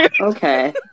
Okay